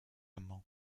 amants